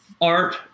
art